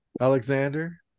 alexander